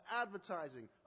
advertising